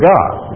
God